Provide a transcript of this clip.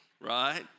right